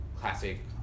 classic